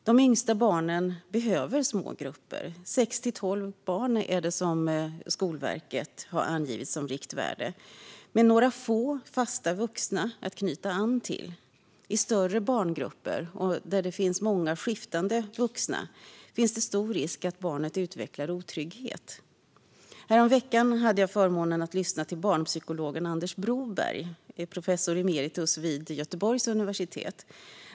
De yngsta barnen behöver små grupper - Skolverket har som riktvärde angett sex till tolv barn - med några få fasta vuxna att knyta an till. I större barngrupper med många skiftande vuxna finns stor risk att barnet utvecklar otrygghet. Häromveckan hade jag förmånen att lyssna till barnpsykologen Anders Broberg, professor emeritus vid Göteborgs universitet.